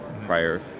prior